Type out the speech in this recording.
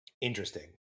Interesting